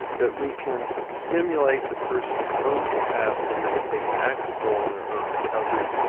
that we can stimulate the person's own capacity to take an active role in their own recovery.